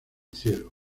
cielo